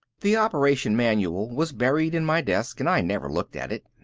the operation manual was buried in my desk and i never looked at it.